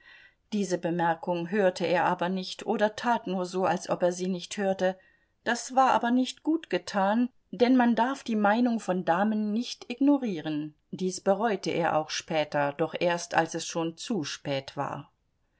diese bemerkung hörte er aber nicht oder tat nur so als ob er sie nicht hörte das war aber nicht gut getan denn man darf die meinung von damen nicht ignorieren dies bereute er auch später doch erst als es schon zu spät war